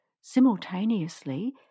Simultaneously